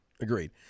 Agreed